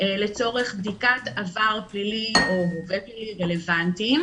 לצורך בדיקת עבר פלילי או הווה פלילי רלוונטיים,